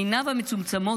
עיניו המצומצמות,